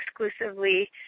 exclusively